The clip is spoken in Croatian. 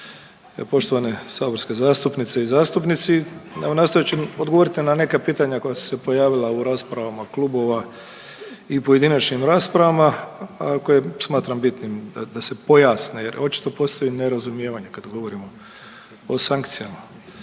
poštovane saborske zastupnice i zastupnici. Evo nastojat ću odgovoriti na neka pitanja koja su se pojavila u raspravama klubova i pojedinačnim raspravama, a koje smatram bitnim da se pojasne jer očito postoji nerazumijevanje kad govorimo o sankcijama.